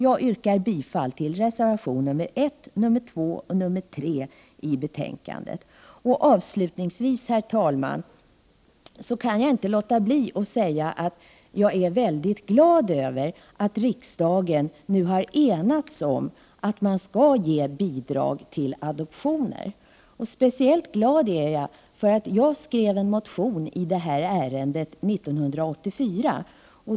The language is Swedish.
Jag yrkar bifall till reservationerna 1, 2 och 3 till socialutskottets betänkande. Avslutningsvis, herr talman, kan jag inte låta bli att säga att jag är väldigt glad över att riksdagen nu har enats om att ge bidrag till adoptioner. Speciellt glad är jag därför att jag skrev en motion i det här ärendet 1984.